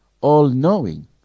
all-knowing